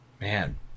Man